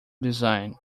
design